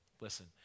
Listen